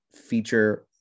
feature